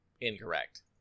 incorrect